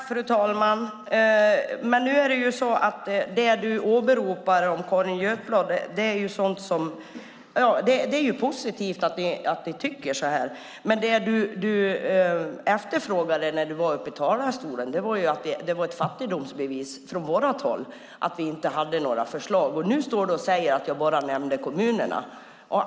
Fru talman! Helena Bouveng åberopar Carin Götblad, och det är positivt att ni tycker så. Men när du var uppe i talarstolen sade du att det var ett fattigdomsbevis från vårt håll att vi inte hade några förslag. Nu står du och säger att jag bara nämnde kommunerna.